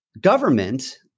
government